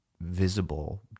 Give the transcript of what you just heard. visible